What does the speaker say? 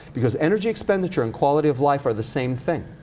because energy expenditure and quality of life are the same thing.